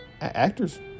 actors